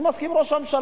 אני מסכים עם ראש הממשלה.